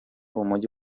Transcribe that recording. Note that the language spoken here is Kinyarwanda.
umujyi